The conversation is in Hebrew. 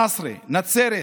נצרת,